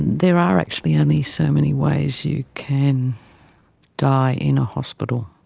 there are actually only so many ways you can die in a hospital,